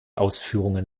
ausführungen